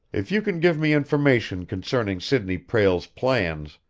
if you can give me information concerning sidney prale's plans,